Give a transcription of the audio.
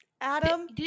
Adam